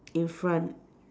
in front